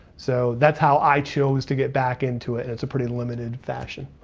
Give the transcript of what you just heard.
so that's how i chose to get back into it and it's a pretty limited fashion.